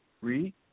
read